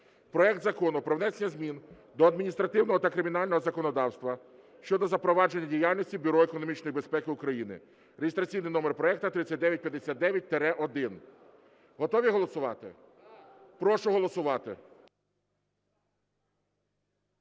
Проект Закону про внесення змін до адміністративного та кримінального законодавства щодо запровадження діяльності Бюро економічної безпеки України (реєстраційний номер проекту 3959-1). Готові голосувати? Прошу голосувати.